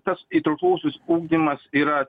tas įtraukusis ugdymas yra